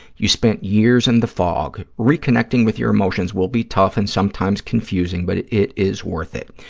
you spent years in the fog, reconnecting with your emotions will be tough and sometimes confusing, but it it is worth it.